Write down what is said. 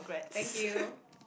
thank you